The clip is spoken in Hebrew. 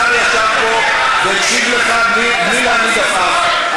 השר ישב פה והקשיב לך בלי להניד עפעף.